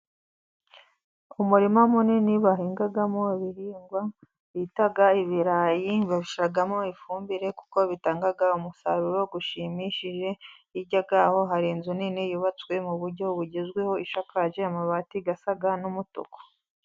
Umuririma munini bahingamo ibihingwa bita ibirayi, bashyiramo ifumbire kuko bitanga umusaruro ushimishije, hirya yaho hari inzu nini yubatswe mu buryo bugezweho, isakaje amabati asa n'umutuku.